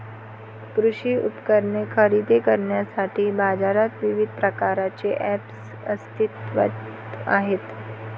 कृषी उपकरणे खरेदी करण्यासाठी बाजारात विविध प्रकारचे ऐप्स अस्तित्त्वात आहेत